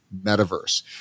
metaverse